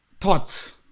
Thoughts